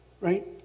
right